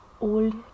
old